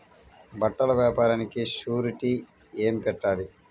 బట్టల వ్యాపారానికి షూరిటీ ఏమి పెట్టాలి?